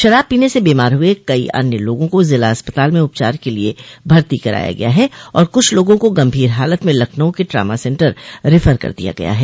शराब पीने से बीमार हुए कई अन्य लोगों को जिला अस्पताल में उपचार के लिये भर्ती कराया गया हैं और कुछ लोगों को गंभीर हालत में लखनऊ के ट्रामा सेंटर रिफर कर दिया गया है